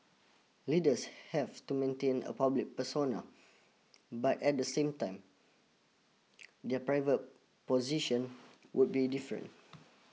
leaders have to maintain a public persona but at the same time their private position would be different